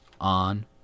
on